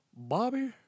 Bobby